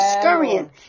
scurrying